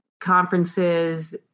conferences